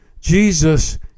Jesus